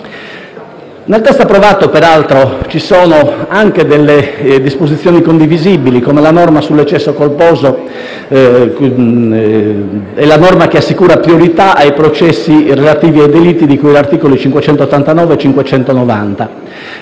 Nel testo approvato, peraltro, ci sono anche delle disposizioni condivisibili, come la norma sull'eccesso colposo e quella che assicura priorità ai processi relativi ai delitti di cui agli articoli 589 e 590